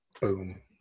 boom